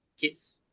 kids